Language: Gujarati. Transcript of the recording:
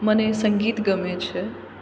મને સંગીત ગમે છે